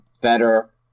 better